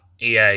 EA